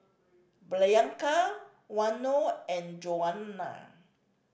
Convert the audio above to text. Blanca Waino and Joana